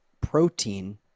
protein